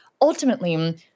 ultimately